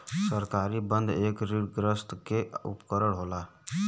सरकारी बन्ध एक ऋणग्रस्तता के उपकरण होला